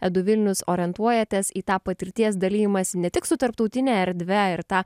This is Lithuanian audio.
edu vilnius orientuojatės į tą patirties dalijimąsi ne tik su tarptautine erdve ir tą